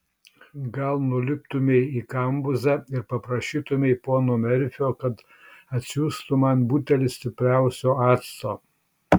gal nuliptumei į kambuzą ir paprašytumei pono merfio kad atsiųstų man butelį stipriausio acto